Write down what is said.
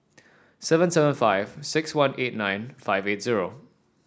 seven seven five six one eight nine five eight zero